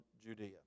Judea